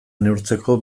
neurtzeko